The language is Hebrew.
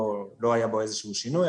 לא היה בו איזה שהוא שינוי,